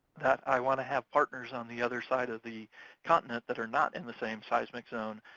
that i wanna have partners on the other side of the continent that are not in the same seismic zone,